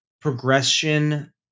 progression